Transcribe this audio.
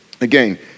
again